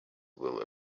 will